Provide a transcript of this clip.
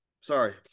sorry